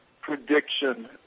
prediction